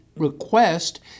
Request